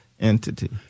entity